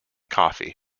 coffee